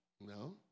No